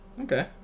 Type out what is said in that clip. okay